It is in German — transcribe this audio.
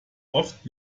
oft